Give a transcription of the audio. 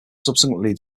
subsequently